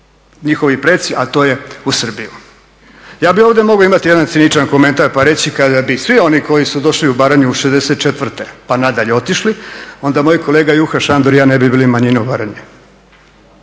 njihovi preci a to je u Srbiju. Ja bih ovdje mogao imati jedan ciničan komentar pa reći kad bi svi oni koji su došli u Baranju 64. pa nadalje otišli onda moj kolega Juhas Šandor i ja ne bi bili manjina u Baranji.